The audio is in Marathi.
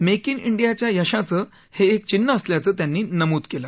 मेक ाने ाहियाच्या यशाचं हे एक चिन्ह असल्याचं त्यांनी नमूद केलं